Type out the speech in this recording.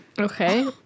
Okay